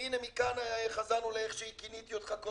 והנה, מכאן חזרנו לאיך שכיניתי אותך קודם.